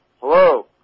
Hello